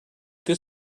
this